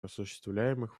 осуществляемых